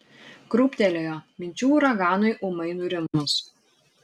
krūptelėjo minčių uraganui ūmai nurimus